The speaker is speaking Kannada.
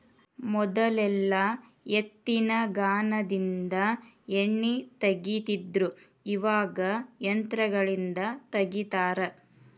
ಮೊದಲೆಲ್ಲಾ ಎತ್ತಿನಗಾನದಿಂದ ಎಣ್ಣಿ ತಗಿತಿದ್ರು ಇವಾಗ ಯಂತ್ರಗಳಿಂದ ತಗಿತಾರ